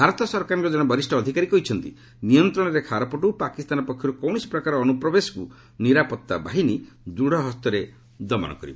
ଭାରତ ସରକାରଙ୍କର କଣେ ବରିଷ୍ଠ ଅଧିକାରୀ କହିଛନ୍ତି ନିୟନ୍ତ୍ରଣ ରେଖା ଆରପଟ୍ର ପାକିସ୍ତାନ ପକ୍ଷର୍ କୌଣସି ପ୍ରକାର ଅନ୍ଦ୍ରପ୍ରବେଶକ୍ତ ନିରାପତ୍ତା ବାହିନୀ ଦୃଢ଼ ହସ୍ତରେ ଦମନ କରିବ